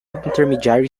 intermediary